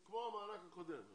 זה כמו המענק הקודם.